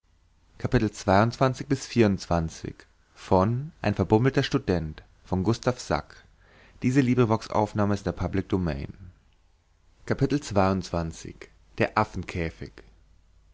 ein verbummelter student der